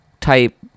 type